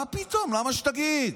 מה פתאום, למה שתגיד?